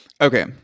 Okay